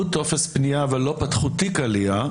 שמילאו טופס פנייה אבל לא פתחו תיק עלייה.